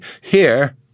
Here